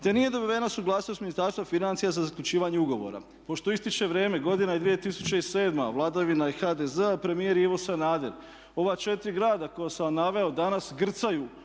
te nije dobivena suglasnost Ministarstva financija za zaključivanje ugovora." Pošto istječe vrijeme, godina je 2007., vladavina je HDZ-a premijer Ivo Sanader ova 4 grada koja sam vam naveo danas grcaju